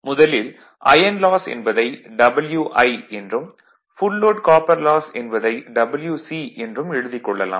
முதலில் iron loss என்பதை Wi என்றும் ஃபுல் லோட் காப்பர் லாஸ் என்பதை Wc என்றும் எழுதிக் கொள்ளலாம்